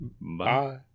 Bye